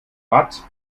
watt